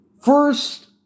First